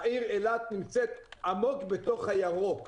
העיר אילת נמצאת עמוק בתוך הירוק,